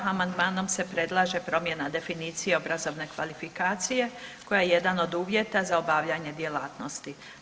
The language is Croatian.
Amandman se predlaže promjena definicije obrazovne kvalifikacije koja je jedan od uvjeta za obavljanje djelatnosti.